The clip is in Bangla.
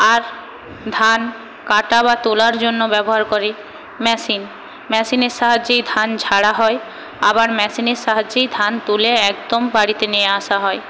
আর ধান কাটা বা তোলার জন্য ব্যবহার করে মেশিন মেশিনের সাহায্যেই ধান ঝাড়া হয় আবার মেশিনের সাহায্যেই ধান তুলে একদম বাড়িতে নিয়ে আসা হয়